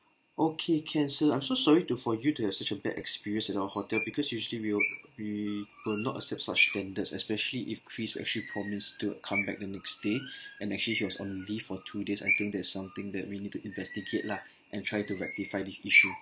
okay can sir I'm so sorry to for you to have such a bad experience in our hotel because usually we'll we will not accept such standards especially if chris actually promised to come back the next day and actually he was on leave for two days I think there's something that we need to investigate lah and try to rectify this issue